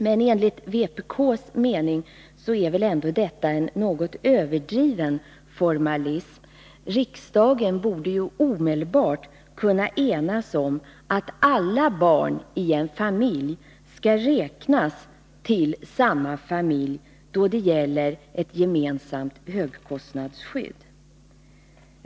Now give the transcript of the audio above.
Men enligt vpk:s mening är väl ändå detta en något överdriven formalism. Riksdagen borde ju omedelbart kunna enas om att alla barn i en familj skall räknas till samma familj då det gäller ett gemensamt högkostnadsskydd.